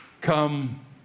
come